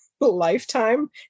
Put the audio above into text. Lifetime